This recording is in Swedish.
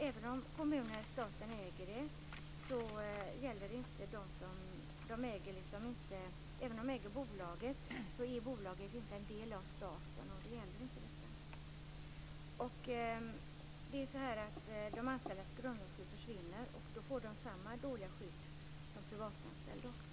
Även om kommunen eller staten äger bolaget är bolaget inte en del av staten, och då gäller inte detta. De anställdas grundlagsskydd försvinner, och de får samma dåliga skydd som privatanställda.